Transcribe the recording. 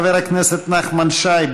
חבר הכנסת נחמן שי,